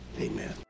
Amen